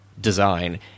design